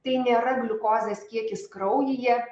tai nėra gliukozės kiekis kraujyje